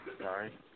Sorry